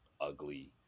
ugly